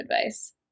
advice